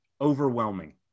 overwhelming